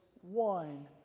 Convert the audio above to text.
one